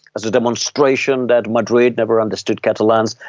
as a demonstration that madrid never understood catalans,